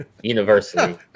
University